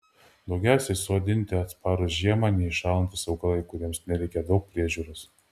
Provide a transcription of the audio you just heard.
daugiausiai sodinti atsparūs žiemą neiššąlantys augalai kuriems nereikia daug priežiūros